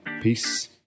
Peace